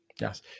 Yes